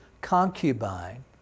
concubine